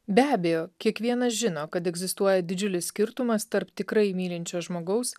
be abejo kiekvienas žino kad egzistuoja didžiulis skirtumas tarp tikrai mylinčio žmogaus